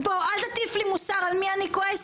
בוא, אל תטיף לי מוסר על מי אני כועסת.